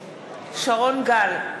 שרון גל,